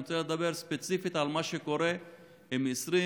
אני רוצה לדבר ספציפית על מה שקורה עם 28